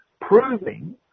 proving